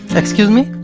execuse me.